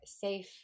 safe